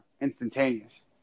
instantaneous